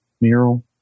Mural